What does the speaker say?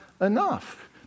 enough